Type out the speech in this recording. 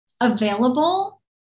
available